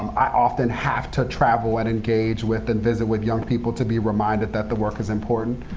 um i often have to travel and engage with and visit with young people to be reminded that the work is important.